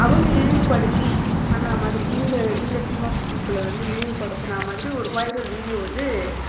அவங்க இழிவுப்படுத்தி பண்ண மாதிரி இந்த இந்த டீம் ஆப் பீப்புளை வந்து இழிவுப் படுத்தினா மாதிரி ஒரு வைரல் வீடியோ வந்து